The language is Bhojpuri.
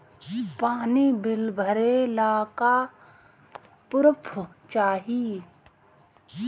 पानी बिल भरे ला का पुर्फ चाई?